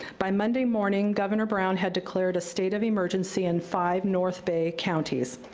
by monday morning, governor brown had declared a state of emergency in five north bay counties.